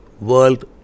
world